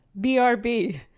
BRB